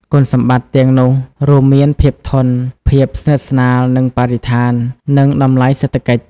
គុណសម្បត្តិទាំងនោះរួមមាន ភាពធន់ ភាពស្និទ្ធស្នាលនឹងបរិស្ថាន និងតម្លៃសេដ្ឋកិច្ច។